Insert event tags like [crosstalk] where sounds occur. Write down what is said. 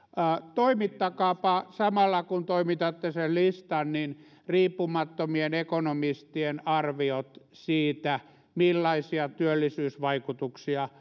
toimittakaapa samalla kun toimitatte sen listan riippumattomien ekonomistien arviot siitä millaisia työllisyysvaikutuksia [unintelligible]